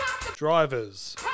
Drivers